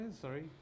sorry